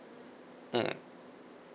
hmm